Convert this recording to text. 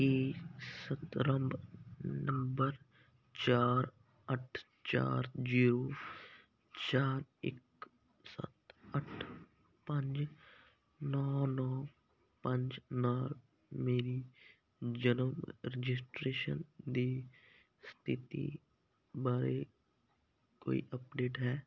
ਕੀ ਸੰਦਰਭ ਨੰਬਰ ਚਾਰ ਅੱਠ ਚਾਰ ਜੀਰੋ ਚਾਰ ਇੱਕ ਸੱਤ ਅੱਠ ਪੰਜ ਨੌਂ ਨੌਂ ਪੰਜ ਨਾਲ ਮੇਰੀ ਜਨਮ ਰਜਿਸਟ੍ਰੇਸ਼ਨ ਦੀ ਸਥਿਤੀ ਬਾਰੇ ਕੋਈ ਅਪਡੇਟ ਹੈ